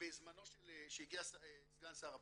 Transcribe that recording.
בזמנו כשהגיע סגן שר הבריאות,